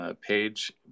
page